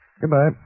Goodbye